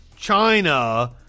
China